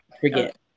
forget